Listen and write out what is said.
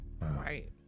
Right